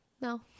No